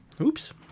Oops